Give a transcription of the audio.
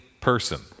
person